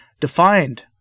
defined